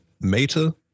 Meta